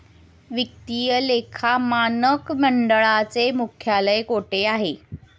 वित्तीय लेखा मानक मंडळाचे मुख्यालय कोठे आहे?